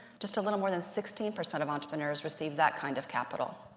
just a little more than sixteen percent of entrepreneurs receive that kind of capital.